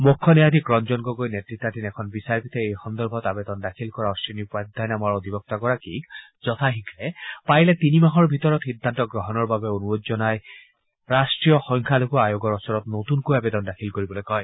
মুখ্য ন্যায়াধীশ ৰঞ্জন গগৈ নেতৃতাধীন এখন বিচাৰপীঠে এই সন্দৰ্ভত আৱেদন দাখিল কৰা অশ্বিনী উপাধ্যায় নামৰ অধিবক্তাগৰাকীক যথা শীঘে পাৰিলে তিনি মাহৰ ভিতৰত সিদ্ধান্ত গ্ৰহণৰ বাবে অনুৰোধ জনাই ৰাষ্ট্ৰীয় সংখ্যালঘু আয়োগৰ ওচৰত নতুনকৈ আৱেদন দাখিল কৰিবলৈ কয়